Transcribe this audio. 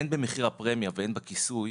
הן במחיר הפרמיה והן בכיסוי,